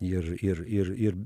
ir ir ir ir